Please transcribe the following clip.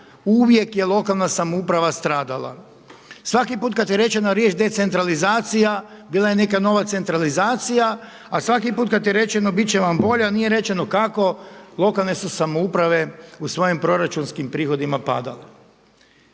uvijek je lokalna samouprava stradala. Svaki put kada je rečena riječ decentralizacija, bila je neka nova centralizacija a svaki put kada je rečeno biti će vam bolje a nije rečeno kako lokalne su samouprave u svojim proračunskim prihodima padale.